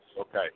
Okay